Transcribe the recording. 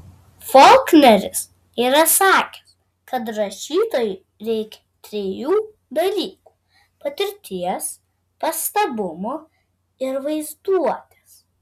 folkneris yra sakęs kad rašytojui reikia trijų dalykų patirties pastabumo ir vaizduotės